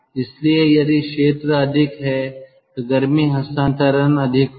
इसलिए यदि क्षेत्र अधिक है तो गर्मी हस्तांतरण अधिक होगा